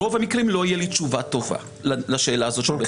ברוב המקרים לא תהיה לי תשובה טובה לשאלה הזאת של בית משפט.